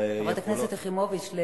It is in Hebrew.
חברת הכנסת יחימוביץ,